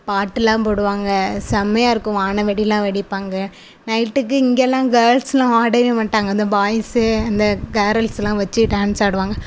பாட்டெலாம் போடுவாங்க செம்மையாக இருக்கும் வானவெடியெலாம் வெடிப்பாங்க நைட்டுக்கு இங்கெல்லாம் கேர்ள்ஸ்லாம் ஆடவே மாட்டாங்க அந்த பாய்ஸ் அந்த கேரள்ஸ்லாம் வச்சு டான்ஸ் ஆடுவாங்க